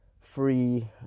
free